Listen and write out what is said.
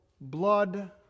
blood